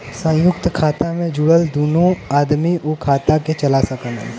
संयुक्त खाता मे जुड़ल दुन्नो आदमी उ खाता के चला सकलन